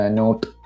note